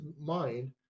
mind